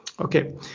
Okay